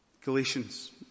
Galatians